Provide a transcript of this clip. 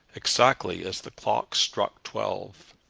exactly as the clock struck twelve.